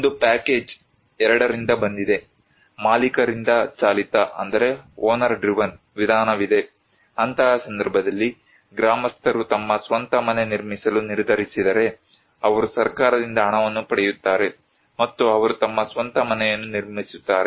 ಒಂದು ಪ್ಯಾಕೇಜ್ 2 ರಿಂದ ಬಂದಿದೆ ಮಾಲೀಕರಿಂದ ಚಾಲಿತ ವಿಧಾನವಿದೆ ಅಂತಹ ಸಂದರ್ಭದಲ್ಲಿ ಗ್ರಾಮಸ್ಥರು ತಮ್ಮ ಸ್ವಂತ ಮನೆ ನಿರ್ಮಿಸಲು ನಿರ್ಧರಿಸಿದರೆ ಅವರು ಸರ್ಕಾರದಿಂದ ಹಣವನ್ನು ಪಡೆಯುತ್ತಾರೆ ಮತ್ತು ಅವರು ತಮ್ಮ ಸ್ವಂತ ಮನೆಯನ್ನು ನಿರ್ಮಿಸುತ್ತಾರೆ